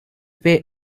pay